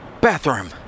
bathroom